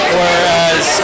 whereas